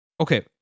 okay